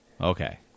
Okay